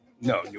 No